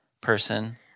person